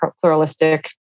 pluralistic